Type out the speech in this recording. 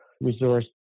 resource